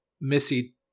Missy